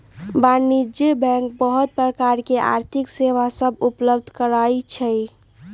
वाणिज्यिक बैंक बहुत प्रकार के आर्थिक सेवा सभ उपलब्ध करइ छै